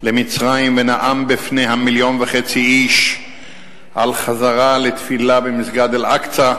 למצרים ונאם בפני מיליון וחצי איש על חזרה לתפילה במסגד אל-אקצא,